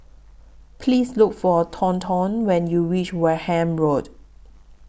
Please Look For Thornton when YOU REACH Wareham Road